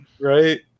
Right